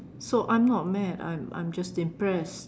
so I'm not mad I'm I'm just impressed